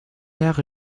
jahre